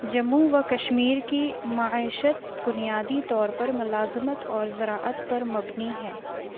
جموں و کشمیر کی معیشت بنیادی طور پر ملازمت اور زراعت پر مبنی ہے